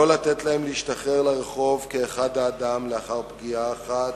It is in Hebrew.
לא לתת להם להשתחרר לרחוב כאחד האדם לאחר פגיעה אחת,